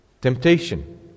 Temptation